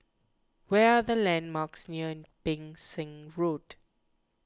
where are the landmarks near Pang Seng Road